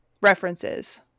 references